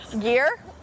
gear